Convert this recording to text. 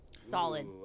Solid